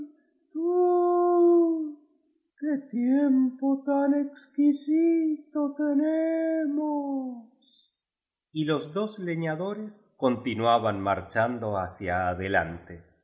tiempo tan exquisito tenemos y los dos leñadores continuaban marchando hacia adelante